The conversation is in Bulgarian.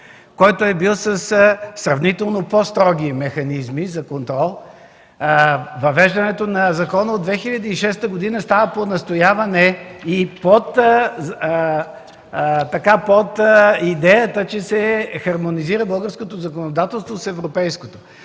който е бил със сравнително по-строги механизми за контрол. Въвеждането на закона от 2006 г. става по настояване и под идеята, че се хармонизира българското законодателство с европейското.